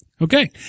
Okay